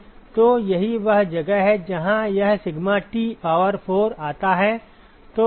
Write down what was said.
तो यही वह जगह है जहां यह सिग्मा T पावर 4 आता है